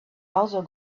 also